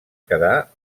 quedar